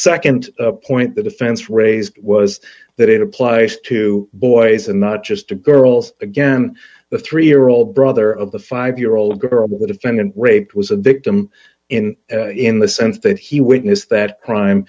nd point the defense raised was that it applies to boys and not just to girls again the three year old brother of the five year old girl the defendant raped was a victim in in the sense that he witnessed that crime